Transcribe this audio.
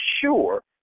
sure